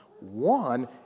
one